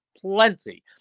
plenty